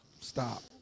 stop